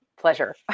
Pleasure